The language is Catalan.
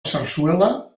sarsuela